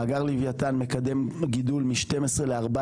מאגר לווייתן מקדם גידול מ-12 ל-14.